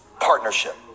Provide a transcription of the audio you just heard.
partnership